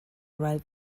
right